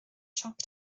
siop